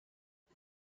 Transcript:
die